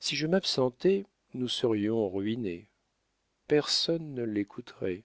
si je m'absentais nous serions ruinés personne ne l'écouterait